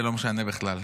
זה לא משנה בכלל,